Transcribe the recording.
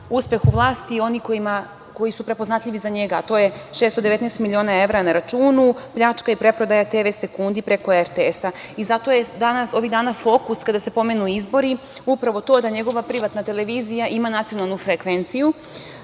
uspeh u vlasti oni koji su prepoznatljivi za njega, a to je 619 miliona evra na računu, pljačka i preprodaja TV sekundi preko RTS-a. Zato je ovih dana fokus kada se pomenu izbori upravo to da njegova privatna televizija ima nacionalnu frekvenciju. Sada